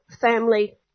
family